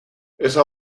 esa